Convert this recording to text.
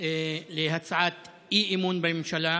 להצעת אי-אמון בממשלה.